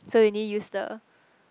so you only use the